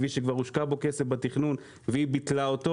כביש שכבר הושקע בו כסף בתכנון והיא ביטלה אותו.